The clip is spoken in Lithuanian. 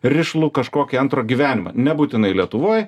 rišlų kažkokį antrą gyvenimą nebūtinai lietuvoj